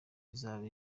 zizaba